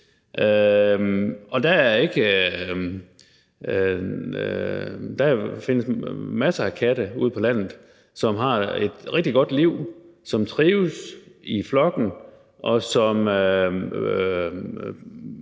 Der findes masser af katte ude på landet, som har et rigtig godt liv, som trives i flokken, og som